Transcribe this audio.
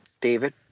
David